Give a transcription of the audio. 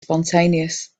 spontaneous